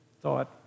thought